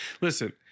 listen